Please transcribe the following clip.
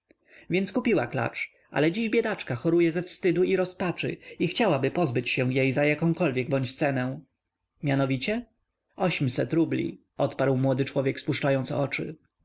więc kupiła klacz ale dziś biedaczka choruje ze wstydu i rozpaczy i chciałaby pozbyć się jej za jakąkolwiek bądź cenę mianowicie ośmset rubli odparł młody człowiek spuszczając oczy